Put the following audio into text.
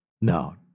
No